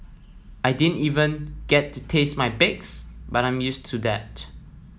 I didn't even get to taste my bakes but I'm used to that